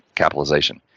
capitalization.